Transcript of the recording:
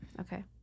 okay